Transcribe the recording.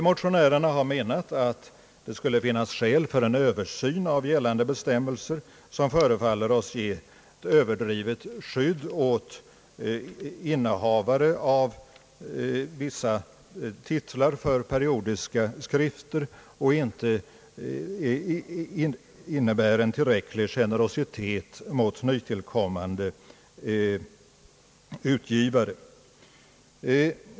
Motionärerna har ansett att det borde finnas skäl för en översyn av gällande bestämmelser, vilka förefaller ge ett överdrivet skydd åt innehavare av vissa titlar för periodiska skrifter och inte innebära tillräcklig generositet mot nytillkommande utgivare.